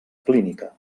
clínica